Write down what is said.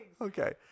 Okay